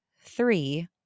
three